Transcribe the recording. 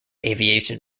aviation